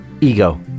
Ego